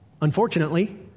Unfortunately